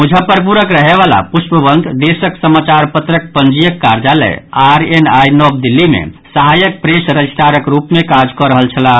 मुजफ्फरपुरक रहयबाला पुष्पवंत देशक समाचार पत्रक पंजीयक कार्यालय आर एन आई नव दिल्ली मे सहायक प्रेस रजिस्ट्रारक रूप मे काज कऽ रहल छलाह